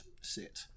sit